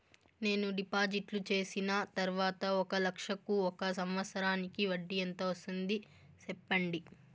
నేను డిపాజిట్లు చేసిన తర్వాత ఒక లక్ష కు ఒక సంవత్సరానికి వడ్డీ ఎంత వస్తుంది? సెప్పండి?